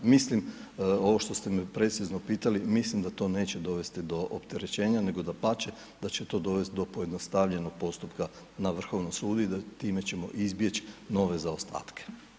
Mislim ovo što ste me precizno pitali, mislim da to neće dovesti do opterećenja, nego dapače, da će to dovesti do pojednostavljenog postupka na Vrhovnom sudu i da time ćemo izbjeći nove zaostatke.